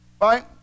right